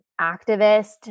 activist